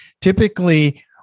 Typically